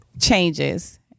changes